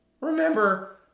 Remember